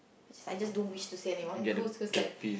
is just I don't wish to see anyone who's who's like